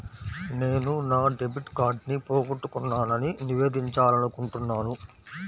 నేను నా డెబిట్ కార్డ్ని పోగొట్టుకున్నాని నివేదించాలనుకుంటున్నాను